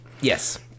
Yes